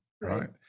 right